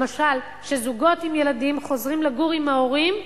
למשל, זוגות עם ילדים חוזרים לגור עם ההורים,